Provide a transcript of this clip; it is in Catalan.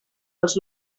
dels